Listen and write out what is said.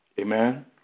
Amen